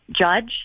judge